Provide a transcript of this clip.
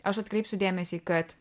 aš atkreipsiu dėmesį kad